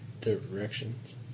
directions